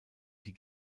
die